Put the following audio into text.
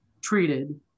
treated